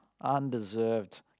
undeserved